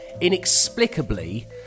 Inexplicably